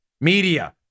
media